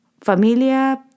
familia